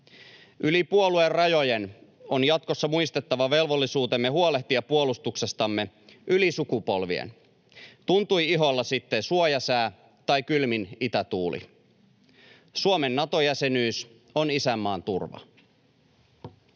Yli puoluerajojen on jatkossa muistettava velvollisuutemme huolehtia puolustuksestamme yli sukupolvien, tuntui iholla sitten suojasää tai kylmin itätuuli. Suomen Nato-jäsenyys on isänmaan turva.